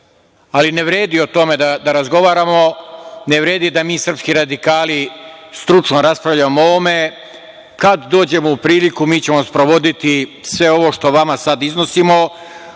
vredi o tome da razgovaramo, ne vredi da mi srpski radikali stručno raspravljamo o ovome. Kad dođemo u priliku mi ćemo sprovodi sve ovo što vama sada iznosimo.